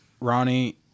Ronnie